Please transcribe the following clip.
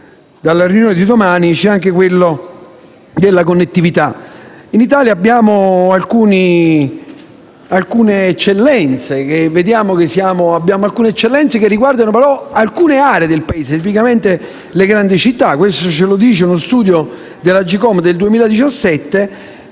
nella riunione di domani, c'è anche quello della connettività. In Italia abbiamo alcune eccellenze che riguardano però solo alcune aree del Paese, tipicamente le grandi città. Questo lo afferma l'Agcom in un suo studio del 2017